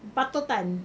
patutan